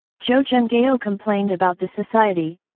zhou zhenghao complained about the society,